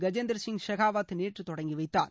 கஜேந்திரசிங் ஷெகாவத் நேற்று தொடங்கி வைத்தார்